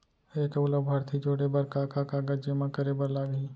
एक अऊ लाभार्थी जोड़े बर का का कागज जेमा करे बर लागही?